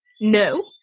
No